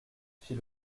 fit